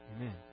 Amen